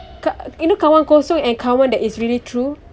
ka~ you know kawan kosong and kawan that is really true